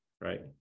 right